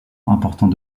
important